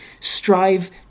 Strive